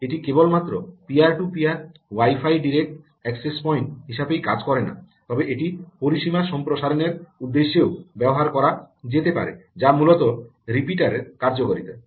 এটি কেবলমাত্র peer to peer wifi direct access point হিসাবেই কাজ করে না তবে এটি পরিসীমা সম্প্রসারণের উদ্দেশ্যেও ব্যবহার করা যেতে পারে যা মূলত রিপিটার এর কার্যকারিতা